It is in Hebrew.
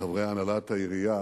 וחברי הנהלת העירייה,